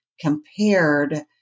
compared